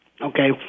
Okay